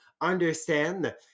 understand